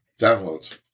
Downloads